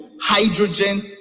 hydrogen